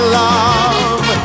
love